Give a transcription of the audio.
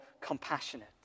compassionate